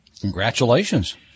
Congratulations